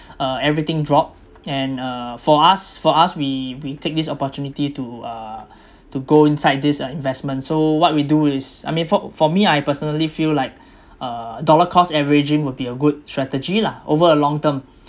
uh everything drop and uh for us for us we we take this opportunity to uh to go inside this uh investment so what we do is I mean for for me I personally feel like uh dollar cost averaging would be a good strategy lah over a long term